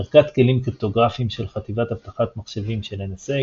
ערכת כלים קריפטוגרפיים של חטיבת אבטחת מחשבים של NSA,